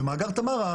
ומאגר תמר,